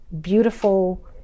beautiful